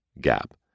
gap